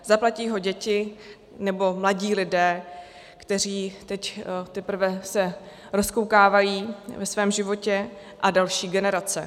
Zaplatí ho děti nebo mladí lidé, kteří se teď teprve rozkoukávají ve svém životě, a další generace.